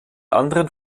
anderen